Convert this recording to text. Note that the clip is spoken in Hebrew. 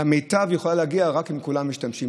למיטב היא יכולה להגיע רק אם כולם משתמשים.